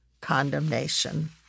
condemnation